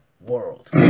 world